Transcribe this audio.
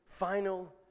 Final